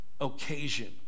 occasion